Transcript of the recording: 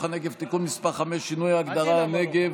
הנגב (תיקון מס' 5) (שינוי ההגדרה "הנגב"